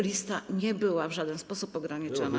Lista nie była w żaden sposób ograniczona.